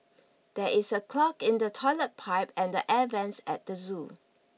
there is a clog in the toilet pipe and air vents at the zoo